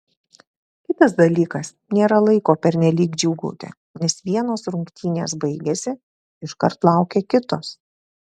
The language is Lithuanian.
kitas dalykas nėra laiko pernelyg džiūgauti nes vienos rungtynės baigėsi iškart laukia kitos